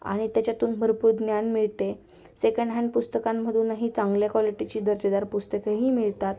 आणि त्याच्यातून भरपूर ज्ञान मिळते सेकंड हॅनड पुस्तकांमधूनही चांगल्या क्वालिटीची दर्जेदार पुस्तकंही मिळतात